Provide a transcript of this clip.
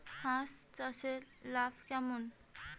হাঁস চাষে লাভ কেমন?